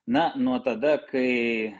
na nuo tada kai